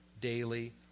daily